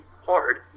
hard